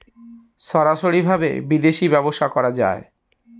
সরাসরি ভাবে বিদেশী ব্যবসা করা যায়